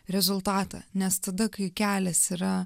rezultatą nes tada kai kelias yra